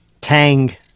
Tang